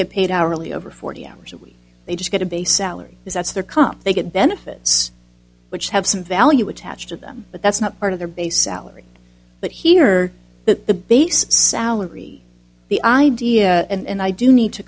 get paid hourly over forty hours a week they just get a base salary if that's their come up they get benefits which have some value attached to them but that's not part of their base salary but here that the base salary the idea and i do need to